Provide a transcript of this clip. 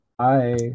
Hi